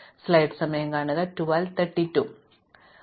അതിനാൽ ഞങ്ങൾ ഇവിടെ നെഗറ്റീവ് എഡ്ജ് എന്താണ് ചെയ്യുന്നത് ഭാരം